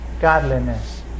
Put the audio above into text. Godliness